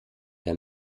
der